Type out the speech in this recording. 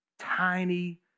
tiny